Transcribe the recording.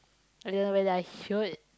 I don't know whether I should